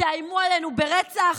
תאיימו עלינו ברצח?